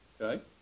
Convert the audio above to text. Okay